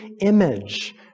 image